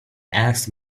asked